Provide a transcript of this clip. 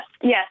Yes